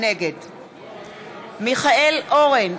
נגד מיכאל אורן,